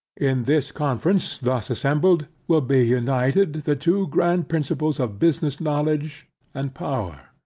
in this conference, thus assembled, will be united, the two grand principles of business, knowledge and power.